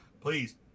Please